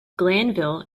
glanville